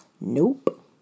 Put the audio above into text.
Nope